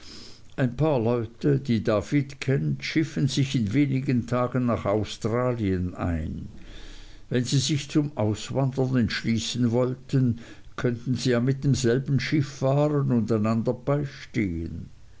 ein paar leute die david kennt schiffen sich in wenigen tagen nach australien ein wenn sie sich zum auswandern entschließen wollten könnten sie ja mit demselben schiff fahren und einander beistehen